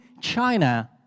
China